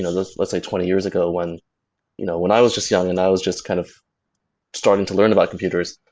let's let's say, twenty years ago when you know when i was just young and i was just kind of starting to learn about computers.